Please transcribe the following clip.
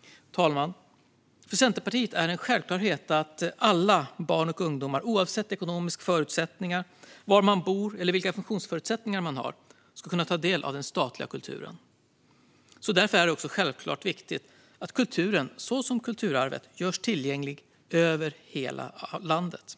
Fru talman! För Centerpartiet är det en självklarhet att alla barn och ungdomar oavsett ekonomiska förutsättningar, var de bor eller vilka funktionsförutsättningar de har, ska kunna ta del av den statliga kulturen. Därför är det också självklart viktigt att kulturen, såsom kulturarvet, görs tillgänglig över hela landet.